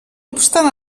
obstant